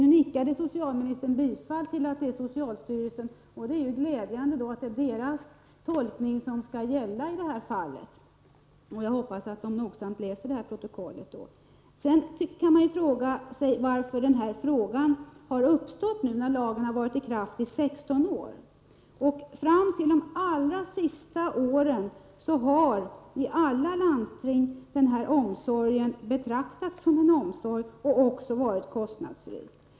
Nu nickade socialministern bifall till att det är socialstyrelsen som är det tillämpande organet. Det är ju glädjande att det är socialstyrelsens tolkning som skall gälla i detta fall. Jag hoppas att man där nogsamt läser det här protokollet. Sedan kan man fråga sig varför detta problem har uppstått, när lagen har varit i kraft i 16 år. Fram till de allra senaste åren har i alla landsting den här omsorgen betraktats just som en omsorg och varit kostnadsfri.